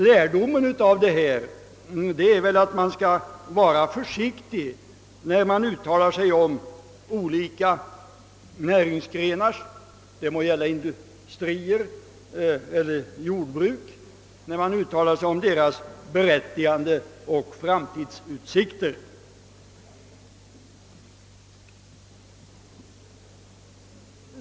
Lärdomen av detta är att man skall vara försiktig när man uttalar sig om olika näringsgrenars — det må gälla industrier eller jordbruk — berättigande och framtidsutsikter.